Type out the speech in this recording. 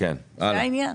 זה העניין.